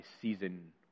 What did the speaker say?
season